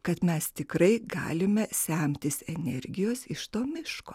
kad mes tikrai galime semtis energijos iš to miško